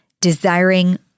desiring